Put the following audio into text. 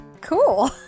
cool